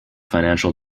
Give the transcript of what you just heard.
financial